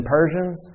Persians